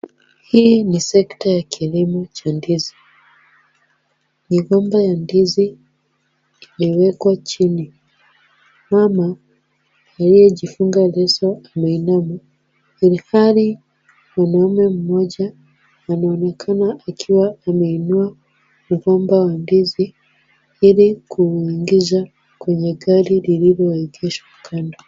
Hii ni sekta ya kilimo cha ndizi. Migomba ya ndizi imewekwa chini. Mama aliyejifunga leso ameinama, ilhali mwanaume mmoja anaonekana akiwa ameinua mgomba wa ndizi, ili kuingiza kwenye gari lililoegeshwa kando.